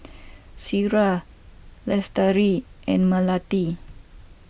Syirah Lestari and Melati